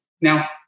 Now